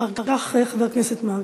אחר כך, חבר הכנסת מרגי.